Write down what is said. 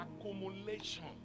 accumulation